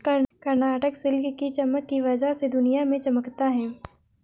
Karnataka silk की चमक की वजह से दुनिया में चमकता है